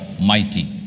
mighty